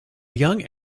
young